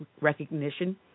recognition